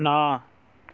ਨਾ